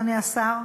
אדוני השר,